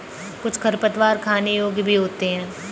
कुछ खरपतवार खाने योग्य भी होते हैं